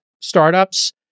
startups